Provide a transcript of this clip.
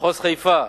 מחוז חיפה,